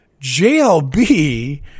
JLB